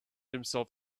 himself